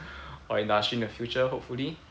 or industry in the future hopefully